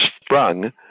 sprung